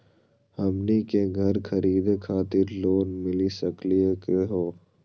हमनी के घर खरीदै खातिर लोन मिली सकली का हो?